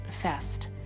fest